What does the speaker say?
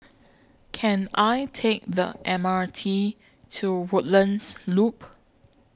Can I Take The M R T to Woodlands Loop